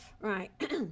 Right